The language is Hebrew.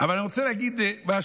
אבל אני רוצה להגיד משהו.